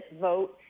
vote